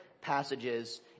passages